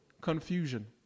Confusion